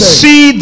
see